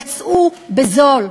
יצאו בזול.